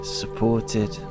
supported